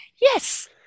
Yes